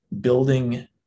building